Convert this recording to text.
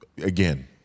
again